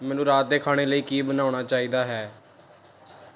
ਮੈਨੂੰ ਰਾਤ ਦੇ ਖਾਣੇ ਲਈ ਕੀ ਬਣਾਉਣਾ ਚਾਹੀਦਾ ਹੈ